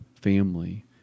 family